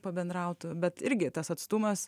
pabendrautų bet irgi tas atstumas